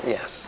Yes